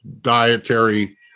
dietary